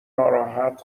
ناراحت